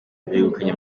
begukanye